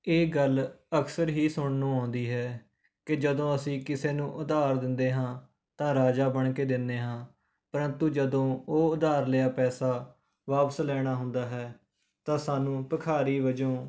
ਇਹ ਗੱਲ ਅਕਸਰ ਹੀ ਸੁਣਨ ਨੂੰ ਆਉਂਦੀ ਹੈ ਕਿ ਜਦੋਂ ਅਸੀਂ ਕਿਸੇ ਨੂੰ ਉਧਾਰ ਦਿੰਦੇ ਹਾਂ ਤਾਂ ਰਾਜਾ ਬਣ ਕੇ ਦਿੰਦੇ ਹਾਂ ਪਰੰਤੂ ਜਦੋਂ ਉਹ ਉਧਾਰ ਲਿਆ ਪੈਸਾ ਵਾਪਸ ਲੈਣਾ ਹੁੰਦਾ ਹੈ ਤਾਂ ਸਾਨੂੰ ਭਿਖਾਰੀ ਵਜੋਂ